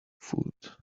food